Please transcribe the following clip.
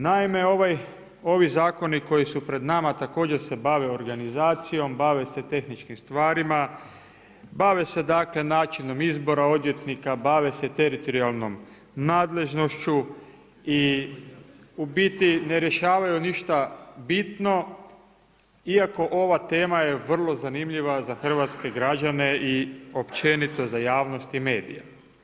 Naime, ovi zakoni koji su pred nama također se bave organizacijom, bave se tehničkim stvarima, bave se dakle, načinom izbora odvjetnika, bave se teritorijalnom nadležnošću i u biti ne rješavaju ništa bitno iako ova tema je vrlo zanimljiva za hrvatske građane i općenito za javnost i medije.